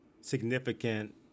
significant